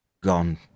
gone